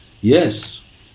Yes